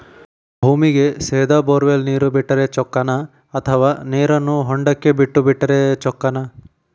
ಭೂಮಿಗೆ ಸೇದಾ ಬೊರ್ವೆಲ್ ನೇರು ಬಿಟ್ಟರೆ ಚೊಕ್ಕನ ಅಥವಾ ನೇರನ್ನು ಹೊಂಡಕ್ಕೆ ಬಿಟ್ಟು ಬಿಟ್ಟರೆ ಚೊಕ್ಕನ?